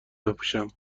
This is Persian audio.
بپوشم